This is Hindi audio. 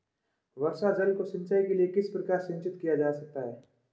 वर्षा जल को सिंचाई के लिए किस प्रकार संचित किया जा सकता है?